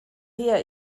her